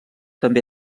també